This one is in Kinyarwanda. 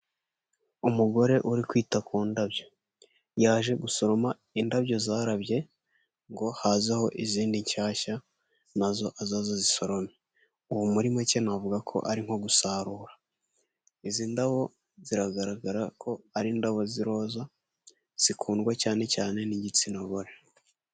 Umugore uri kwita ku ndabyo yaje gusoroma indabyo zarabye ngo hazaho izindi nshyashya nazo aze azisorome muri make navuga ko ari nko gusarura izi ndabo ziragaragara ko ari indabo z'iroza zikundwa cyane cyane n'igitsina gore.